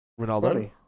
Ronaldo